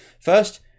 First